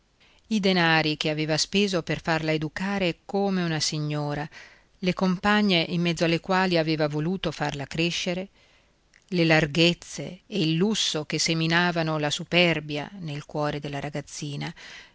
i denari che aveva speso per farla educare come una signora le compagne in mezzo alle quali aveva voluto farla crescere le larghezze e il lusso che seminavano la superbia nel cuore della ragazzina